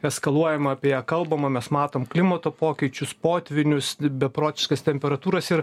eskaluojama apie ją kalbama mes matom klimato pokyčius potvynius beprotiškas temperatūras ir